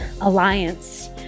Alliance